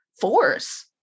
force